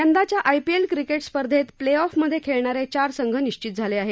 यंदाच्या IPL cricket स्पर्धेत play off मधे खेळणारे चार संघ निश्वित झाले आहेत